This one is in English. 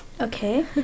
Okay